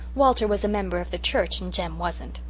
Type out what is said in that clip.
walter was a member of the church, and jem wasn't.